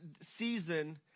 season